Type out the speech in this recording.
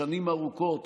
שנים ארוכות,